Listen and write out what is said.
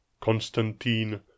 Constantine